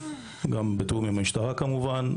גם בתיאום עם המשטרה כמובן,